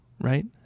right